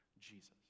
Jesus